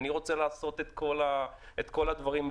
לעשות את כל הדברים,